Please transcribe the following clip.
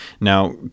Now